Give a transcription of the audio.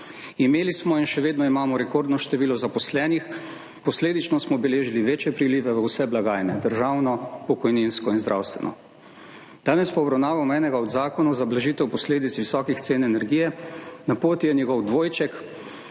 Imeli smo in še vedno imamo rekordno število zaposlenih. Posledično smo beležili večje prilive v vse blagajne: državno, pokojninsko in zdravstveno. Danes pa obravnavamo enega od zakonov za blažitev posledic visokih cen energije. Na poti je njegov dvojček,